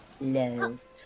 love